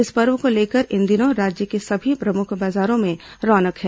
इस पर्व को लेकर इन दिनों राज्य के सभी प्रमुख बाजारों में रौनक है